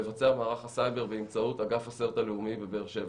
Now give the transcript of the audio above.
מבצע מערך הסייבר באמצעות אגף ה-CERT הלאומי בבאר שבע.